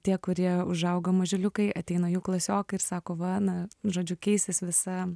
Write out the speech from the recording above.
tie kurie užaugo mažuliukai ateina jų klasiokai ir sako va na žodžiu keisis visa